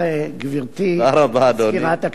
גברתי מזכירת הכנסת.